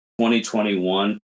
2021